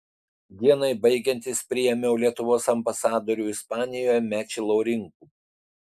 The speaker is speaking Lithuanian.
dienai baigiantis priėmiau lietuvos ambasadorių ispanijoje mečį laurinkų